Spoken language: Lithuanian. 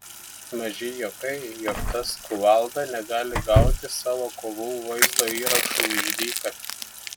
maži juokai jog tas kuvalda negali gauti savo kovų vaizdo įrašų už dyką